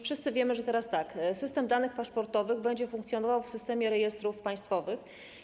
Wszyscy wiemy, że teraz system danych paszportowych będzie funkcjonował w systemie rejestrów państwowych.